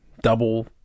double